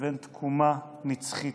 לבין תקומה נצחית,